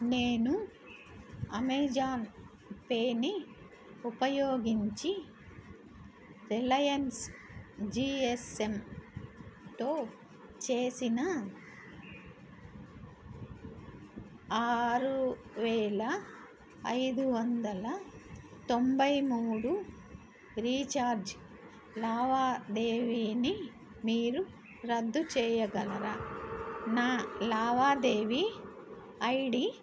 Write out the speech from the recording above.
నేను అమెజాన్ పేని ఉపయోగించి రిలయన్స్ జీఎస్ఎమ్తో చేసిన ఆరు వేల ఐదు వందల తొంభై మూడు రీఛార్జ్ లావాదేవీని మీరు రద్దు చేయగలరా నా లావాదేవీ ఐడి